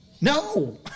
No